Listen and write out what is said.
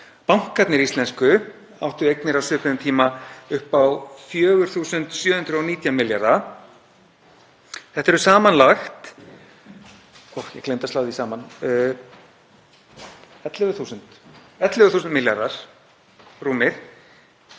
Bankarnir íslensku áttu eignir á svipuðum tíma upp á 4.719 milljarða. Þetta eru samanlagt rúmir 11.000 milljarðar sem